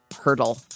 hurdle